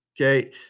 Okay